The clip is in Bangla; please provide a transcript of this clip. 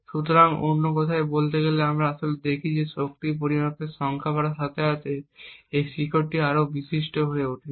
সুতরাং অন্য কথায় বলতে গেলে আমরা আসলে যা দেখি তা হল শক্তি পরিমাপের সংখ্যা বাড়ার সাথে সাথে এই শিখরটি আরও বেশি বিশিষ্ট হয়ে ওঠে